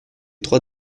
trois